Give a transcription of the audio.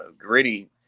gritty